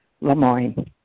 LeMoyne